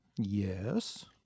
Yes